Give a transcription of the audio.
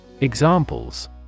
Examples